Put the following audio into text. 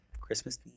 Christmas